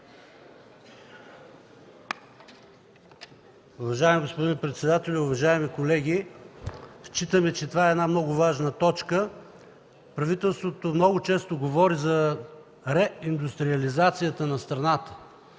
Уважаеми господин председателю, уважаеми колеги! Считаме, че това е една много важна точка. Правителството много често говори за реиндустриализацията на страната,